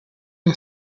are